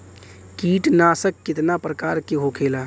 कीटनाशक कितना प्रकार के होखेला?